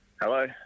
Hello